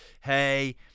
hey